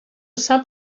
sap